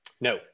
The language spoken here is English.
No